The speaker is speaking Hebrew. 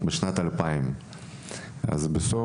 בסוף,